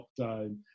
lockdown